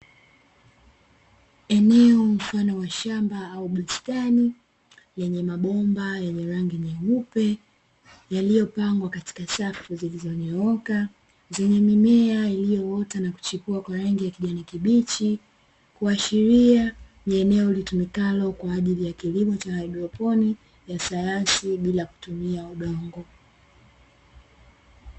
Eneo mfano wa shamba au bustani lenye mabomba yenye rangi nyeupe yaliyopangwa katika safu zilizonyooka zenye mimea iliyoota na kuchipua kwa rangi ya kijani kibichi, kuashiria ni eneo litumikalo kwa ajili ya kilimo cha haidroponi ya sayansi bila kutumia udongo.